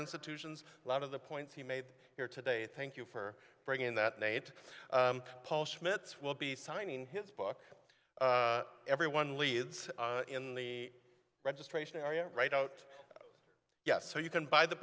institutions a lot of the points he made here today thank you for bringing that nate paul schmitz will be signing his book everyone leads in the registration area right out yes so you can buy the